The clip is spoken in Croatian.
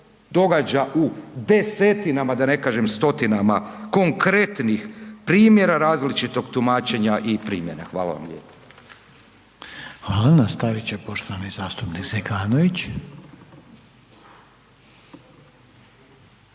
događa u desetinama, da ne kažem stotinama, konkretnih primjera različitog tumačenja i primjena. Hvala vam lijepo. **Reiner, Željko (HDZ)** Hvala. Nastavit će poštovani zastupnik Zekanović.